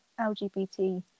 LGBT